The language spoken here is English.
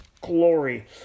glory